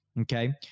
Okay